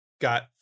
got